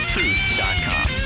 Truth.com